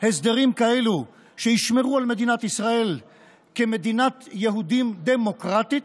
הסדרים כאלה שישמרו על מדינת ישראל כמדינת יהודים דמוקרטית,